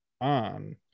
on